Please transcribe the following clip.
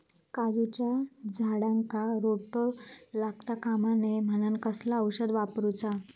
काजूच्या झाडांका रोटो लागता कमा नये म्हनान कसला औषध वापरूचा?